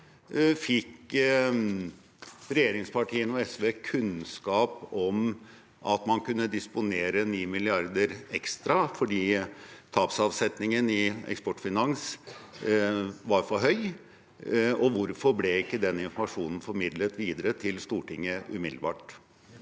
fikk regjeringspartiene og SV kunnskap om at man kunne disponere 9 mrd. kr ekstra fordi tapsavsetningen i Eksportfinans var for høy, og hvorfor ble ikke den informasjonen formidlet videre til Stortinget umiddelbart?